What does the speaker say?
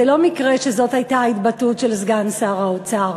זה לא מקרה שזאת הייתה ההתבטאות של סגן שר האוצר.